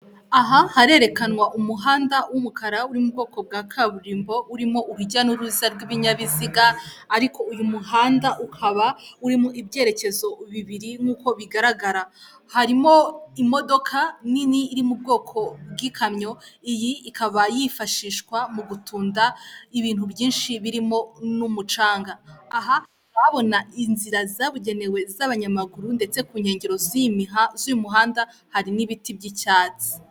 Aha harerekanwa umuhanda w'umukara uri mu bwoko bwa kaburimbo urimo urujya n'uruza rw'ibinyabiziga ariko uyu muhanda ukaba urimo ibyerekezo bibiri nk'uko bigaragara harimo imodoka nini iri mu bwoko bw'ikamyo iyi ikaba yifashishwa mu gutunda ibintu byinshi birimo n'umucanga, aha urahabona inzira zabugenewe z'abanyamaguru ndetse ku nkengero z'uyu muhanda hari n'ibiti by'icyatsi.